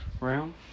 round